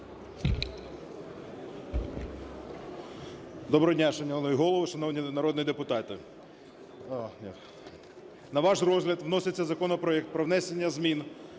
Доброго дня, шановний Голово, шановні народні депутати! На ваш розгляд вносить законопроект про внесення змін